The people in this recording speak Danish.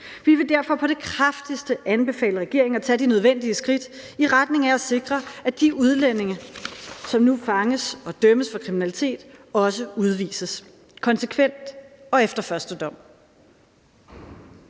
Vi vil derfor på det kraftigste anbefale regeringen at tage de nødvendige skridt i retning af at sikre, at de udlændinge, som nu fanges og dømmes for kriminalitet, også udvises – konsekvent og efter første dom.